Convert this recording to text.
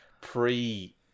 pre